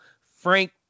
Frank